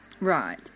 Right